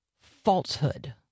falsehood